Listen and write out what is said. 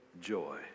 joy